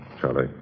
Charlie